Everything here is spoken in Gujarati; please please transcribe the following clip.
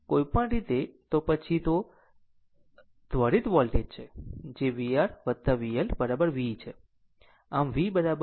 કોઈપણ રીતે તો પછી ત્વરિત વોલ્ટેજ છે જે vR VL v છે